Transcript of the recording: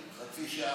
חצי שעה,